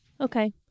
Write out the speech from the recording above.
Okay